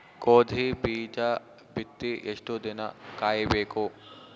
ಗೋಧಿ ಬೀಜ ಬಿತ್ತಿ ಎಷ್ಟು ದಿನ ಕಾಯಿಬೇಕು?